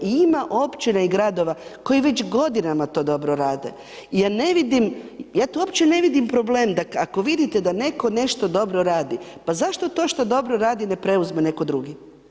Ima općina i gradova koji već godinama to dobro rade, ja ne vidim, ja tu opće ne vidi problem da ako vidite da netko nešto dobro radi pa zašto to što dobro radi ne preuzme netko drugi.